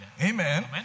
Amen